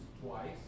twice